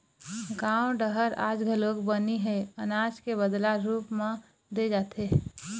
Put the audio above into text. गाँव डहर आज घलोक बनी ह अनाज के बदला रूप म दे जाथे